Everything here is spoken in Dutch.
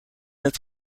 het